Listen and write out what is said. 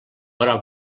però